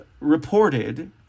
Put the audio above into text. reported